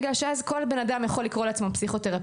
בגלל שאז כל בן אדם יכול לקרוא לעצמו פסיכותרפיסט.